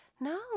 No